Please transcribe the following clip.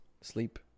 sleep